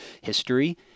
history